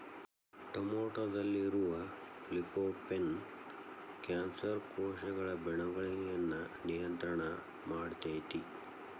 ಟೊಮೆಟೊದಲ್ಲಿರುವ lycopene cancer ಕೋಶಗಳ ಬೆಳವಣಿಗಯನ್ನ ನಿಯಂತ್ರಣ ಮಾಡ್ತೆತಿ